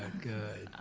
and good,